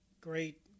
Great